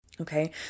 Okay